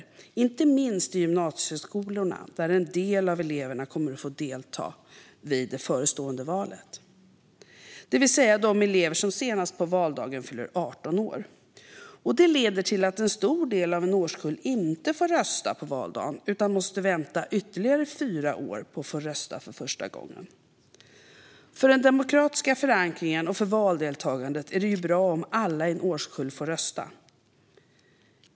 Det gäller inte minst i gymnasieskolorna, där en del av eleverna kommer att få delta i det förestående valet, det vill säga de elever som senast på valdagen fyller 18 år. Det leder till att en stor del av en årskull inte får rösta på valdagen utan måste vänta ytterligare fyra år på att få rösta för första gången. För den demokratiska förankringen och för valdeltagandet är det bra om alla i en årskull får rösta.